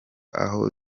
aho